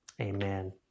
Amen